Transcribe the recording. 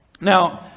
Now